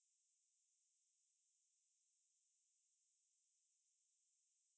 நீ வந்து:ni vanthu err அந்த:antha vibration மட்டும்:mattum setting leh adjust பண்ணிட்டு:pannittu